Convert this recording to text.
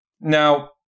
Now